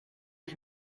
ich